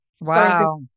Wow